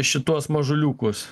šituos mažuliukus